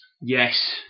Yes